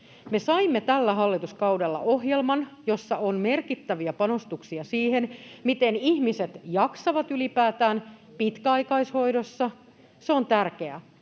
saimme tällä hallituskaudella ohjelman, jossa on merkittäviä panostuksia siihen, miten ihmiset jaksavat ylipäätään pitkäaikaishoidossa. Se on tärkeää.